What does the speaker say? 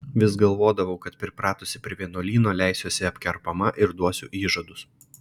vis galvodavau kad pripratusi prie vienuolyno leisiuosi apkerpama ir duosiu įžadus